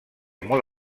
molt